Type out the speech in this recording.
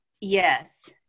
yes